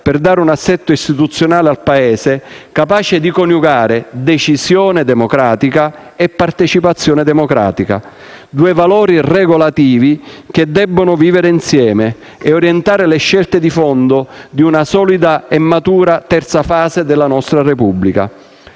al Paese un assetto istituzionale capace di coniugare decisione democratica e partecipazione democratica. Due valori regolativi che debbono vivere insieme e orientare le scelte di fondo di una solida e matura terza fase della nostra Repubblica.